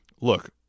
look